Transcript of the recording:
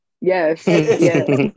Yes